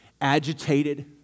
agitated